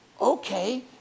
okay